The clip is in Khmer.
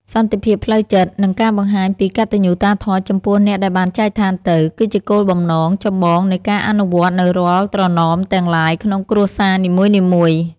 សន្តិភាពផ្លូវចិត្ត និងការបង្ហាញកតញ្ញូតាធម៌ចំពោះអ្នកដែលបានចែកឋានទៅគឺជាគោលបំណងចម្បងនៃការអនុវត្តនូវរាល់ត្រណមទាំងឡាយក្នុងគ្រួសារនីមួយៗ។